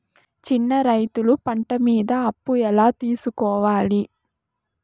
చిన్న రైతులు పంట మీద అప్పు ఎలా తీసుకోవాలి?